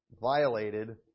violated